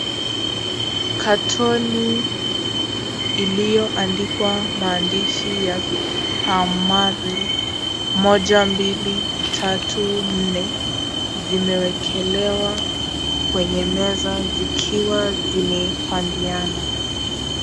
Katoni iliyoandikwa maandishi yasemalo: 1234, zimewekelewa kwenye meza zikiwa zimepandiana.